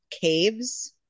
caves